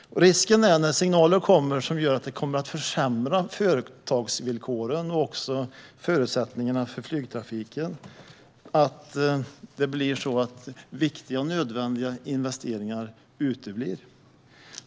När det kommer signaler om att företagens villkor och förutsättningarna för flygtrafiken kommer att försämras finns det risk för att viktiga och nödvändiga investeringar uteblir.